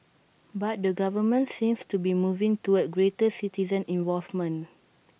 but the government seems to be moving to A greater citizen involvement